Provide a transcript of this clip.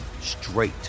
straight